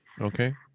Okay